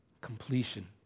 completion